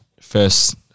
first –